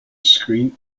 screen